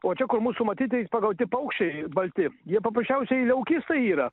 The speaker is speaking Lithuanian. o čia mūsų matyti pagauti paukščiai balti jie paprasčiausiai leukistai yra